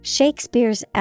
Shakespeare's